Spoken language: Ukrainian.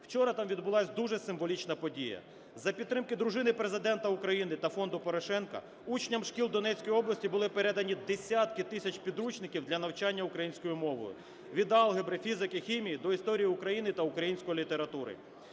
Вчора там відбулась дуже символічна подія. За підтримки дружини Президента України та Фонду Порошенка учням шкіл Донецької області були передані десятки тисяч підручників для навчання українською мовою, від алгебри, фізики, хімії до історії України та української літератури.